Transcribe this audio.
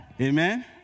Amen